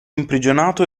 imprigionato